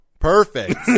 Perfect